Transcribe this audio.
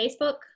Facebook